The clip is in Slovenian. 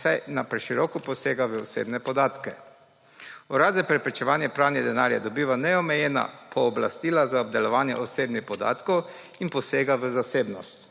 saj na preširoko posega v osebne podatke. Urad za preprečevanje pranja denarja dobiva neomejena pooblastila za obdelovanje osebnih podatkov in posega v zasebnost.